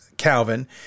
Calvin